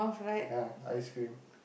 ya ice cream